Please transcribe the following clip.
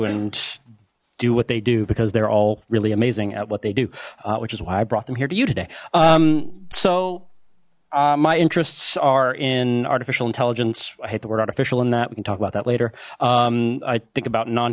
and do what they do because they're all really amazing at what they do which is why i brought them here to you today so my interests are in artificial intelligence i hate the word artificial in that we can talk about that later i think about non